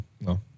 No